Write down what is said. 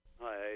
Hi